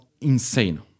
insane